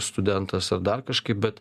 studentas ar dar kažkaip bet